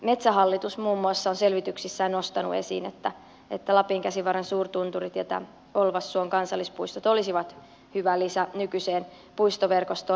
metsähallitus muun muassa on selvityksissään nostanut esiin että lapin käsivarren suurtunturien ja olvassuon kansallispuistot olisivat hyvä lisä nykyiseen puistoverkostoon